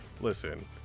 listen